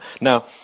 Now